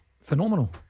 Phenomenal